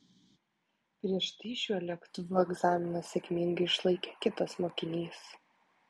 prieš tai šiuo lėktuvu egzaminą sėkmingai išlaikė kitas mokinys